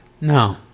No